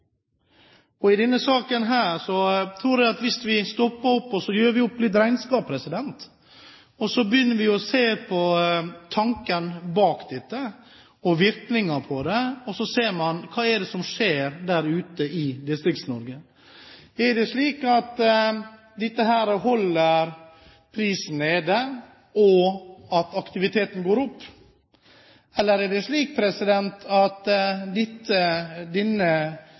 det gjelder denne saken tror jeg at man bør stoppe opp og gjøre opp litt regnskap, begynne å se på tanken bak dette, og virkningen av det, og se hva som skjer der ute i Distrikts-Norge. Er det slik at dette holder prisen nede, og at aktiviteten går opp? Eller er det slik at dette